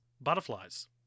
Butterflies